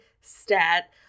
Stat